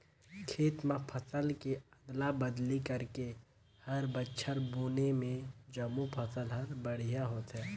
खेत म फसल के अदला बदली करके हर बछर बुने में जमो फसल हर बड़िहा होथे